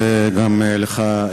וגם לך,